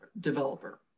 developer